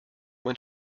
mein